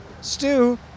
Stew